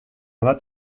bat